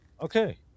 Okay